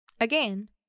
Again